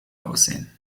aussehen